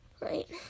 right